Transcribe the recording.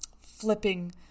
flipping